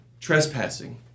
trespassing